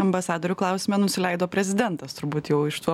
ambasadorių klausime nusileido prezidentas turbūt jau iš to